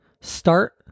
Start